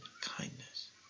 kindness